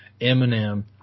eminem